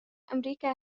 أمريكا